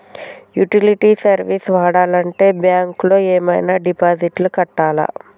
Utility service వాడాలంటే bank లో ఏమైనా డిపాజిట్ కట్టాలా?